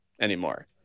anymore